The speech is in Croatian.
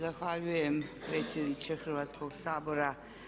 Zahvaljujem predsjedniče Hrvatskog sabora.